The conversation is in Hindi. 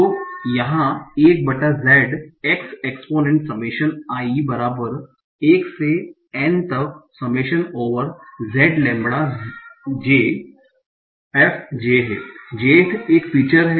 तो यहाँ 1Z x exponent summation i बराबर 1 से n तक summation over j lambda j f j है jth एक फीचर है